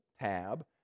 tab